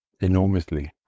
enormously